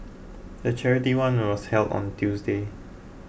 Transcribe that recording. the charity run was held on Tuesday